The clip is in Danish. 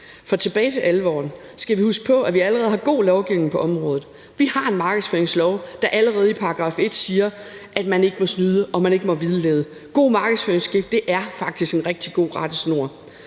går tilbage til alvoren, skal vi huske på, at vi allerede har god lovgivning på området. Vi har en markedsføringslov, der allerede i § 1 siger, at man ikke må snyde og man ikke må vildlede. God markedsføringsskik er faktisk en rigtig god rettesnor.